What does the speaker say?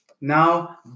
Now